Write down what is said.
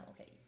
okay